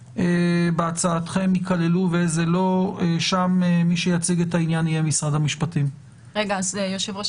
בהצעתכם ייכללו ומה לא משרד המשפטים יציג.